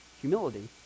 Humility